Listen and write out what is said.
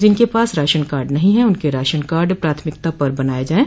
जिनके पास ration card नहीं है उनके राशन कार्ड प्राथमिकता पर बनाएं जाएं